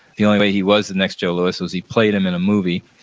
the only way he was the next joe louis was he played him in a movie.